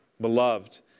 Beloved